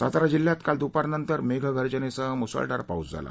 सातारा जिल्ह्यात काल दुपारनंतर मेघगर्जनेसह मुसळधार पाऊस झाला